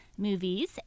movies